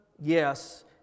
Yes